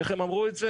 איך הם אמרו את זה?